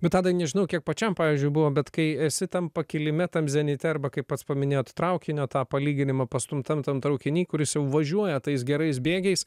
bet tadai nežinau kiek pačiam pavyzdžiui buvo bet kai esi tam pakilime tam zenite arba kaip pats paminėjot traukinio tą palyginimą pastumtam tam traukiny kuris jau važiuoja tais gerais bėgiais